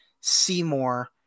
Seymour